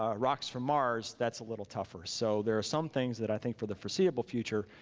ah rocks from mars, that's a little tougher. so there are some things that i think for the foreseeable future,